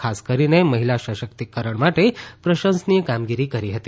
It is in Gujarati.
ખાસ કરીને મહિલા સશકિતકરણ માટે પ્રશંસનીય કામગીરી કરી હતી